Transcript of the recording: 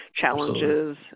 challenges